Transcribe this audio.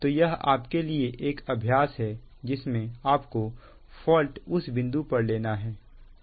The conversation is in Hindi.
तो यह आपके लिए एक अभ्यास है जिसमें आपको फॉल्ट इस बिंदु पर लेना है